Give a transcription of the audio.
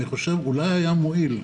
אולי זה היה מועיל.